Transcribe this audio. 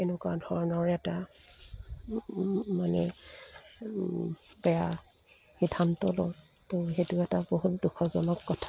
এনেকুৱা ধৰণৰ এটা মানে বেয়া সিদ্ধান্ত লওঁ ত' সেইটো এটা বহুত দুখজনক কথা